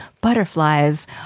butterflies